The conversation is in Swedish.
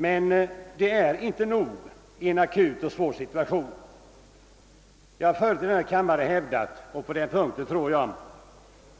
Men det är inte nog i en akut svår situation. Jag har förut i denna kammare hävdat — och på den punkten